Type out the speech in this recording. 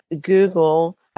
Google